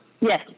Yes